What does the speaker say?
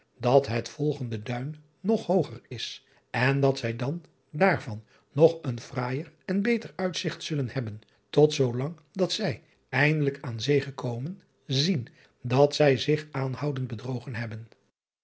dat het volgende duin nog hooger is en dat zij dan daarvan nog een fraaijer en beter uitzigt zullen hebben tot zoolang dat zij eindelijk aan zee gekomen zien dat zij zich aanhoudend bedrogen hebben